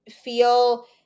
feel